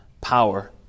power